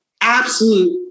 absolute